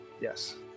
Yes